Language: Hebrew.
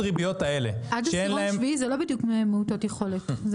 עד עשירון שביעי זה לא בדיוק מעוטות יכולת.